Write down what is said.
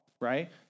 right